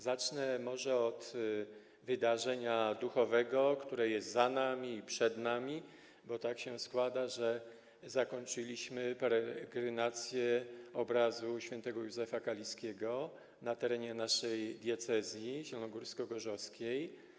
Zacznę może od wydarzenia duchowego, które jest za nami i przed nami, bo tak się składa, że zakończyliśmy peregrynację obrazu św. Józefa Kaliskiego na terenie naszej diecezji zielonogórsko-gorzowskiej.